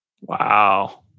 Wow